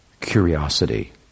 Curiosity